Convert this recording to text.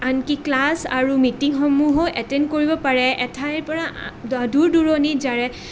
আনকি ক্লাছ আৰু মিটিঙসমূহো এটেণ্ড কৰিব পাৰে এঠাইৰ পৰা দূৰ দূৰণিত যাৰ